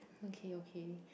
okay okay